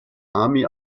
ami